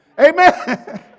amen